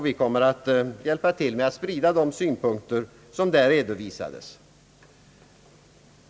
Vi kommer att hjälpa till med att sprida de synpunkter som där redovisades.